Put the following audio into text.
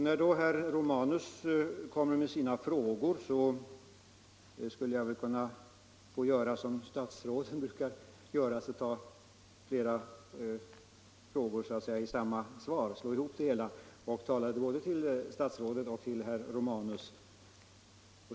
När det sedan gäller herr Romanus” frågor kanske jag får göra som statsråden brukar göra och besvara flera frågor i ett sammanhang, dvs. tala både till statsrådet och till herr Romanus.